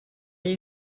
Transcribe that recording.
you